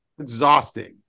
exhausting